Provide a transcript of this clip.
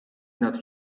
nad